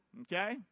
okay